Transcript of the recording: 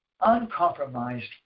uncompromised